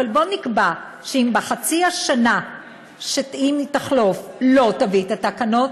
אבל בוא נקבע שאם בחצי השנה שתחלוף לא תביא את התקנות,